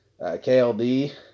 KLD